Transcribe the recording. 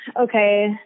okay